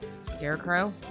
Scarecrow